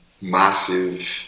massive